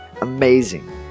amazing